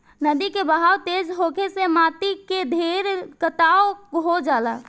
नदी के बहाव तेज होखे से माटी के ढेर कटाव हो जाला